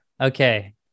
Okay